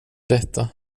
detta